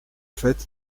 fait